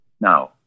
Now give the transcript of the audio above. Now